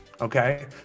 Okay